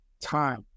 time